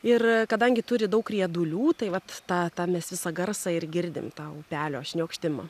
ir kadangi turi daug riedulių tai vat tą tą mes visą garsą ir girdim tą upelio šniokštimą